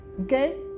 Okay